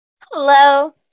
Hello